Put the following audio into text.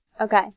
Okay